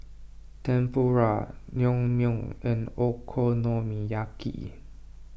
Tempura Naengmyeon and Okonomiyaki